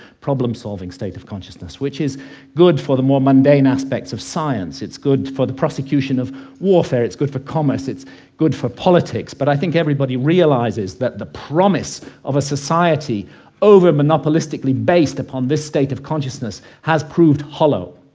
problem-solving state of consciousness, which is good for the more mundane aspects of science. it's good for the prosecution of warfare, it's good for commerce, it's good for politics, but i think everybody realises that the promise of a society over-monopolistically based on this state of consciousness has proved hollow.